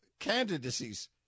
candidacies